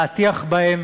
להטיח בהם